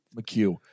McHugh